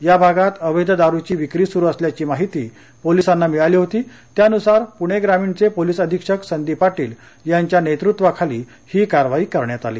याभागात अवैध दारुची विक्री सुरू असल्याची माहिती पोलिसांना मिळाली होती त्यानुसार पुणेग्रामीणचे पोलिस अधीक्षक संदीप पार्टील यांच्या नेतृत्वाखाली ही कारवाई करण्यातआली